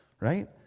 right